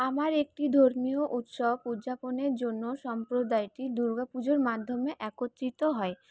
আমার একটি ধর্মীয় উৎসব উদযাপনের জন্য সম্প্রদায়টি দুর্গাপুজোর মাধ্যমে একত্রিত হয়